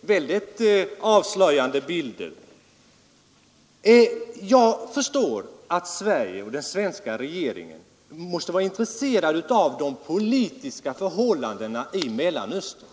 mycket avslöjande bilder. Ja förstår att den svenska regeringen måste vara intresserad av de politiska förhållandena i Mellanöstern.